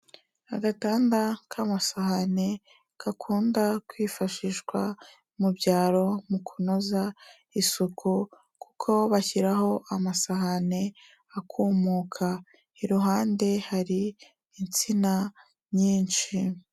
Agatanda k'amasahane gakunda kwifashishwa mu byaro mu kunoza isuku kuko bashyiraho amasahane akumuka, iruhande hari insina nyinshi.